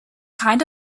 kind